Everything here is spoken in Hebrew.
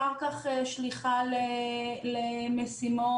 אחר כך שליחה למשימות